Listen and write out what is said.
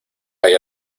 hay